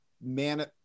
man